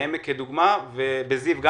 העמק וזיו.